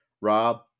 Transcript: Rob